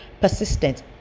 persistent